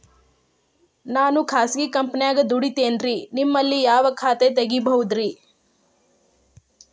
ನಾನು ಖಾಸಗಿ ಕಂಪನ್ಯಾಗ ದುಡಿತೇನ್ರಿ, ನಿಮ್ಮಲ್ಲಿ ಯಾವ ಖಾತೆ ತೆಗಿಬಹುದ್ರಿ?